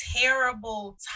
terrible